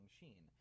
machine